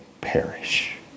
perish